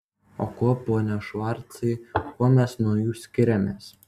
o kuo pone švarcai kuo mes nuo jų skiriamės